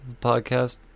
podcast